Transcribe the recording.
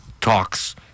talks